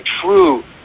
true